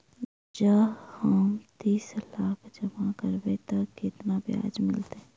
जँ हम तीस लाख जमा करबै तऽ केतना ब्याज मिलतै?